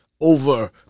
over